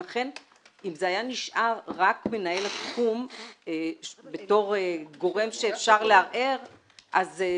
לכן אם זה היה נשאר רק מנהל התחום בתור גורם שאפשר לערער אליו,